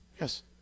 Yes